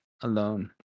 alone